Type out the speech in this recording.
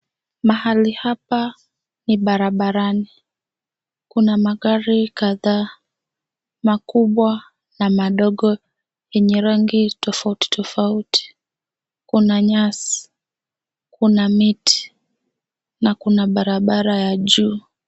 Mahali hapa ni barabarani. Kuna magari kadhaa makubwa na madogo yenye rangi tofautitofauti. Kuna nyasi, kuna miti na kuna barabara ya juu.